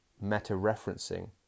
meta-referencing